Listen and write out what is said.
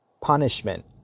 punishment